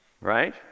right